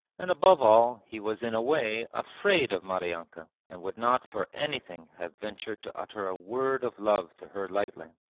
and above all he was in a way afraid of maryanka and would not for anything have ventured to utter a word of love to her lightly.